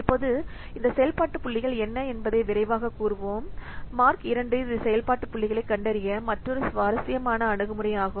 இப்போது இந்த செயல்பாட்டு புள்ளிகள் என்ன என்பதை விரைவாகக் கூறுவோம் மார்க் II இது செயல்பாட்டு புள்ளிகளைக் கண்டறிய மற்றொரு சுவாரஸ்யமான அணுகுமுறையாகும்